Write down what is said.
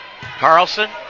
Carlson